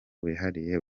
wihariye